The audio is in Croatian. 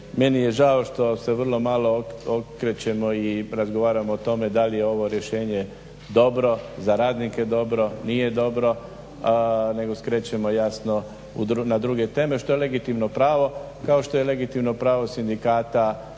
Meni je žao što se vrlo malo okrećemo i razgovaramo o tome da li je ovo rješenje dobro, za radnike dobro, nije dobro nego skrećemo jasno na druge teme što je legitimno pravo kao što je legitimno pravo sindikata